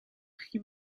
tri